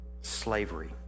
Slavery